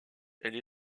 elle